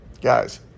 Guys